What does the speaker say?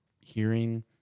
hearing